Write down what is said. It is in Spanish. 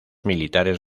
militares